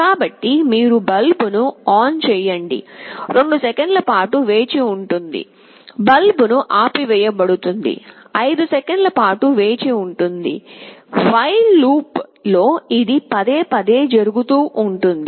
కాబట్టి మీరు బల్బ్ను ఆన్ చేయండి 2 సెకన్లపాటు వేచి ఉంటుంది బల్బ్ను ఆపివేయబడుతుంది 5 సెకన్ల పాటు వేచి ఉంటుంది వైల్ లూప్ లో ఇది పదేపదే జరుగుతువుంటుంది